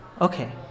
Okay